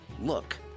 Look